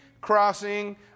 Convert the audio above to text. Crossing